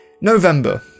November